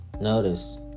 Notice